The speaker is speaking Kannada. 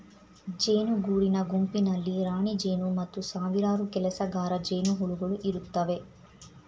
ಜೇನು ಗೂಡಿನ ಗುಂಪಿನಲ್ಲಿ ರಾಣಿಜೇನು ಮತ್ತು ಸಾವಿರಾರು ಕೆಲಸಗಾರ ಜೇನುಹುಳುಗಳು ಇರುತ್ತವೆ